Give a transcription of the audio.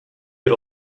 get